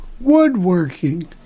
Woodworking